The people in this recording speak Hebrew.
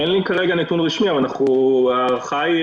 אין לי כרגע נתון רשמי, אבל ההערכה היא